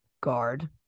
guard